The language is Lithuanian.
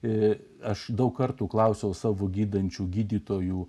ir aš daug kartų klausiau savo gydančių gydytojų